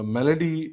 Melody